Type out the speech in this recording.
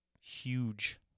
huge